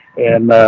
and,